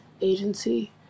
agency